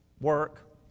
work